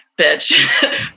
bitch